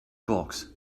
box